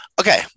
Okay